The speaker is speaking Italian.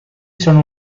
sono